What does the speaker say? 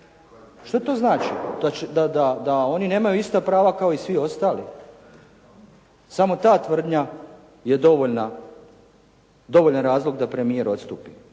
Što to znači da oni nemaju ista prava kao i svi ostali? Samo ta tvrdnja je dovoljan razlog da premijer odstupi.